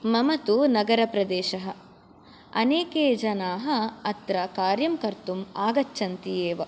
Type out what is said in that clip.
मम तु नगरप्रदेशः अनेके जनाः अत्र कार्यं कर्तुम् आगच्छन्ति एव